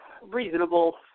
Reasonable